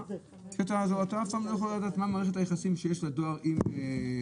כי אתה אף פעם לא יכול לדעת מה מערכת היחסים שיש לדואר עם השר.